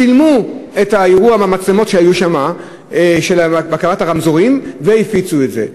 צילמו את האירוע במצלמות שהיו שם בבקרת הרמזורים והפיצו את זה.